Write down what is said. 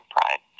Pride